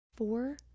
four